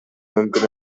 мүмкүн